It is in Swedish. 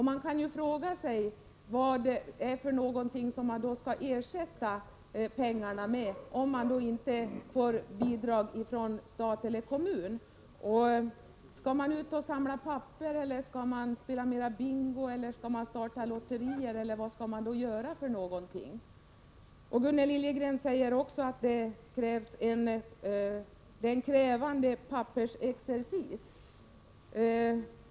Man kan ju fråga sig vad man skall ersätta pengarna med, om man inte får bidrag från stat eller kommun. Skall man gå ut och samla papper eller skall man spela mera bingo? Skall man starta lotterier eller vad skall man göra för något? Gunnel Liljegren säger också att det är fråga om en krävande pappersexercis.